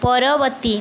ପରବର୍ତ୍ତୀ